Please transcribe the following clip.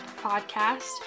Podcast